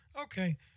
Okay